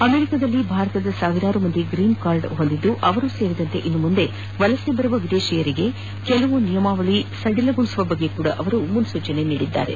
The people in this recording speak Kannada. ಅಮೆರಿಕಾದಲ್ಲಿ ಭಾರತದ ಸಾವಿರಾರು ಮಂದಿ ಗ್ರೀನ್ ಕಾರ್ಡ್ ಹೊಂದಿದ್ದು ಅವರು ಸೇರಿದಂತೆ ಇನ್ನು ಮುಂದೆ ವಲಸೆ ಬರುವ ವಿದೇಶಿಗರಿಗೆ ಕೆಲವು ನಿಯಮಾವಳಿಗಳನ್ನು ಸಡಿಲಗೊಳಿಸುವ ಬಗ್ಗೆಯೂ ಅವರು ಮುನ್ಸೂಚನೆ ನೀಡಿದ್ದಾರೆ